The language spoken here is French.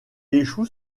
échoue